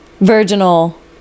virginal